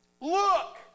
Look